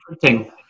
printing